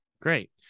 Great